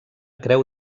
creu